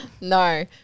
No